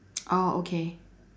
oh okay